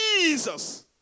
Jesus